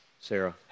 Sarah